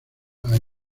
hay